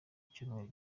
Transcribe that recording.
icyumweru